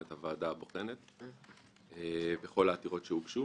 את הוועדה הבוחנת בכל העתירות שהוגשו